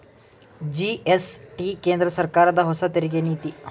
GST ಕೇಂದ್ರ ಸರ್ಕಾರದ ಹೊಸ ತೆರಿಗೆ ನೀತಿ